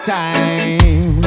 time